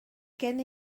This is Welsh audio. gen